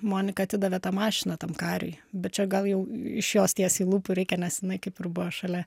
monika atidavė tą mašiną tam kariui bet čia gal jau iš jos tiesiai lūpų reikia nes jinai kaip ir buvo šalia